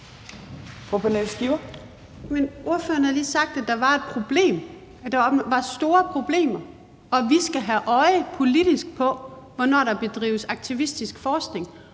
ordføreren har lige sagt, at der var et problem, at der var store problemer, og at vi politisk skal have øje på, hvornår der bedrives aktivistisk forskning.